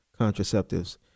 contraceptives